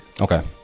Okay